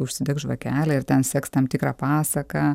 užsidegs žvakelę ir ten seks tam tikrą pasaką